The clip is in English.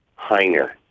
Heiner